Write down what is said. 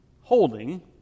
holding